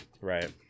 Right